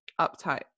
uptight